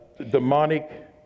demonic